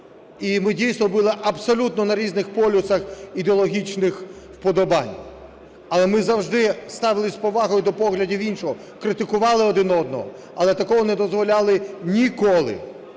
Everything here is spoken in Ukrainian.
і ми дійсно були абсолютно на різних полюсах ідеологічних вподобань. Але ми завжди ставились з повагою до поглядів іншого, критикували один одного, але такого не дозволяли ніколи.